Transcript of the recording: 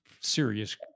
serious